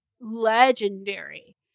legendary